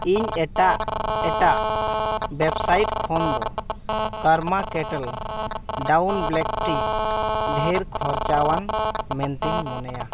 ᱤᱧ ᱮᱴᱟᱜ ᱮᱴᱟᱜ ᱚᱭᱮᱵᱽᱥᱟᱭᱤᱴ ᱠᱷᱚᱱ ᱫᱚ ᱠᱟᱨᱢᱟ ᱠᱮᱴᱮᱞ ᱰᱟᱣᱩᱱ ᱵᱞᱮᱠ ᱴᱤ ᱰᱷᱮᱨ ᱠᱷᱚᱨᱪᱟ ᱟᱱ ᱢᱮᱱᱛᱮᱧ ᱢᱚᱱᱮᱭᱟ